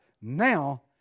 now